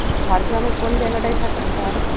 ঝাড়গ্রামের কোন জায়গাটায় থাকেন তাহলে